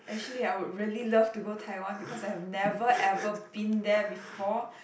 actually I would really love to go Taiwan because I've never ever been there before